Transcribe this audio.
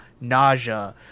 Nausea